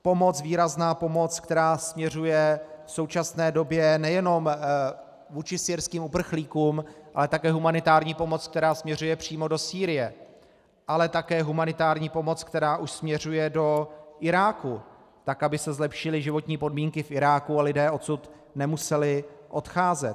Pomoc, výrazná pomoc, která směřuje v současné době nejenom vůči syrským uprchlíkům, ale také humanitární pomoc, která směřuje přímo do Sýrie, ale také humanitární pomoc, která už směřuje do Iráku, tak aby se zlepšily životní podmínky v Iráku a lidé odsud nemuseli odcházet.